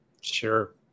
Sure